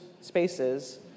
spaces